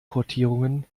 portierungen